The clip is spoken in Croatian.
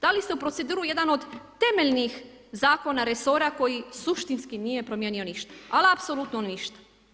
Dali ste u proceduru jedan od temeljnih zakona resora koji suštinski nije promijenio ništa ali apsolutno ništa.